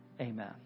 amen